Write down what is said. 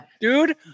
dude